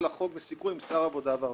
לחרוג מסיכום עם שר העבודה והרווחה.